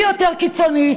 מי יותר קיצוני,